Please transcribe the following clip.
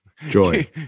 joy